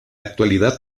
actualidad